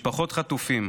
משפחות חטופים,